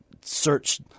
search